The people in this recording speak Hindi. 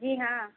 जी हाँ